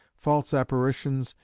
false apparitions,